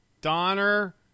Donner